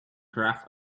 craft